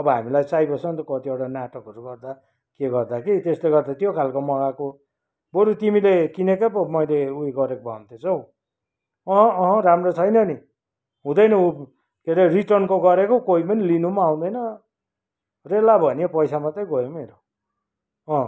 अब हामीलाई चाहिएको छ नि कतिवटा नाटकहरू गर्दा के गर्दा कि त्यसले गर्दा त्यो खालको मगाएको बरू तिमीले किनेकै पो मैले उयो गरेको भए हुने थिएछ हौ अहँ अहँ राम्रो छैन नि हुँदैन उ के अरे रिटर्नको गरेको केही पनि लिनु पनि आउँदैन रेला भयो नि हौ पैसा मात्रै गयो नि हौ मेरो अँ